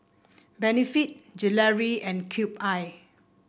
Benefit Gelare and Cube I